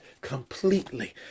completely